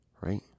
Right